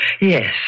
Yes